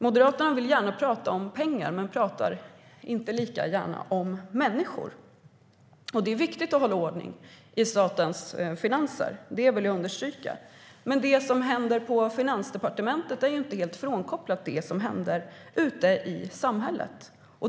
Moderaterna vill gärna tala om pengar men talar inte lika gärna om människor. Jag vill understryka att det är viktigt att hålla ordning i statens finanser. Men det som händer på Finansdepartementet är inte helt bortkopplat från det som händer ute i samhället.